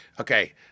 Okay